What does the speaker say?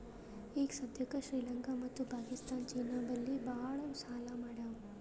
ಈಗ ಸದ್ಯಾಕ್ ಶ್ರೀಲಂಕಾ ಮತ್ತ ಪಾಕಿಸ್ತಾನ್ ಚೀನಾ ಬಲ್ಲಿ ಭಾಳ್ ಸಾಲಾ ಮಾಡ್ಯಾವ್